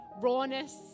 rawness